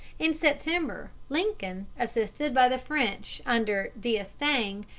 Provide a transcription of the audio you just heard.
in september, lincoln, assisted by the french under d'estaing,